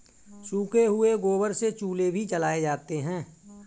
सूखे हुए गोबर से चूल्हे भी जलाए जाते हैं